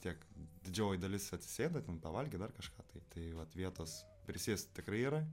tiek didžioji dalis atsisėda ten pavalgyt dar kažką tai tai vat vietos prisėst tikrai yra